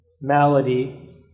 malady